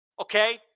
Okay